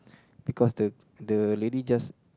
because the the lady just